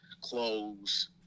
clothes